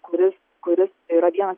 kuris kuris tai yra vienas